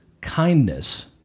kindness